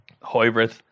hybrid